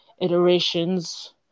Iterations